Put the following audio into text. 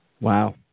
Wow